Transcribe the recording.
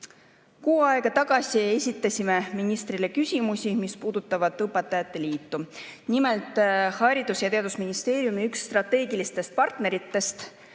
Kuu aega tagasi esitasime ministrile küsimusi, mis puudutavad õpetajate liitu. Nimelt, Haridus‑ ja Teadusministeeriumi üks strateegilistest partneritest